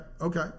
okay